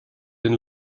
den